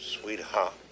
sweetheart